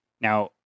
Now